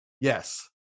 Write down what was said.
Yes